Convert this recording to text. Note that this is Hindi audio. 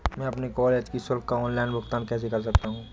मैं अपने कॉलेज की शुल्क का ऑनलाइन भुगतान कैसे कर सकता हूँ?